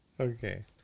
Okay